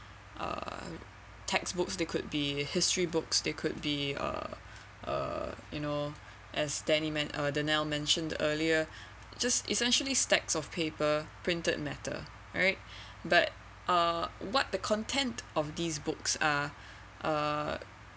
err textbooks they could be history books they could be err err you know as danny men~ uh danielle mentioned earlier just essentially stacks of paper printed matter right but uh what the content of these books are err